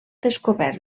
descobert